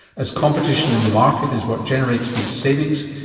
as competition in the market is what generates these savings,